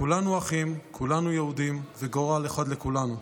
כולנו אחים, כולנו יהודים וגורל אחד לכולנו".